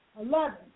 Eleven